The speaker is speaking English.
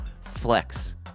flex